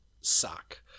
suck